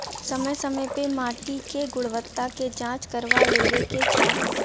समय समय पे माटी के गुणवत्ता के जाँच करवा लेवे के चाही